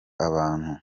abantu